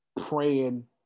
praying